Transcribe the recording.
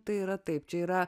tai yra taip čia yra